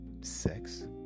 sex